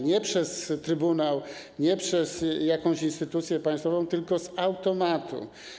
Nie poprzez trybunał, nie przez jakąś instytucję państwową, tylko z automatu.